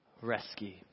rescue